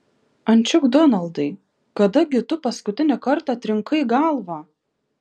ančiuk donaldai kada gi tu paskutinį kartą trinkai galvą